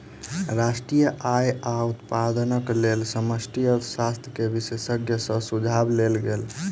राष्ट्रीय आय आ उत्पादनक लेल समष्टि अर्थशास्त्र के विशेषज्ञ सॅ सुझाव लेल गेल